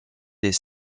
les